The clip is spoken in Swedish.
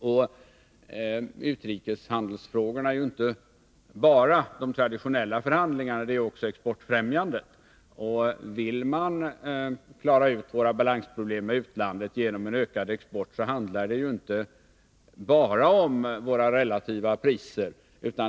Och utrikeshandelsfrågorna gäller inte bara de traditionella förhandlingarna — de är också exportfrämjande. Vill man klara ut våra balansproblem med utlandet genom en ökad export, handlar det inte bara om våra relativa priser.